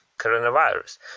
coronavirus